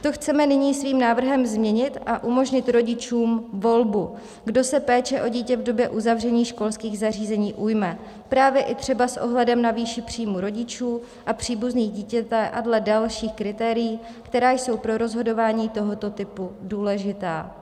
To chceme nyní svým návrhem změnit a umožnit rodičům volbu, kdo se péče o dítě v době uzavření školských zařízení ujme, právě i třeba s ohledem na výši příjmů rodičů a příbuzných dítěte a dle dalších kritérií, která jsou pro rozhodování tohoto typu důležitá.